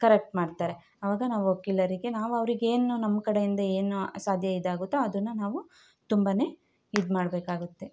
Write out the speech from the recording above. correct ಮಾಡ್ತಾರೆ ಆವಾಗ ನಾವು ವಕೀಲರಿಗೆ ನಾವು ಅವ್ರಿಗೆ ಏನು ನಮ್ಮ ಕಡೆಯಿಂದ ಏನು ಸಾಧ್ಯ ಇದಾಗುತ್ತೊ ಅದನ್ನ ನಾವು ತುಂಬಾ ಇದುಮಾಡ್ಬೇಕಾಗುತ್ತೆ